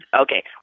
okay